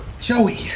Joey